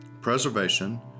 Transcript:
preservation